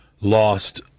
lost